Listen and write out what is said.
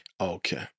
Okay